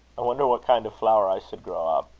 i wonder what kind of flower i should grow up,